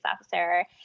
officer